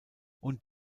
und